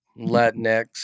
Latinx